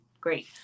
great